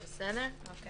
(ג)